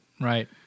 Right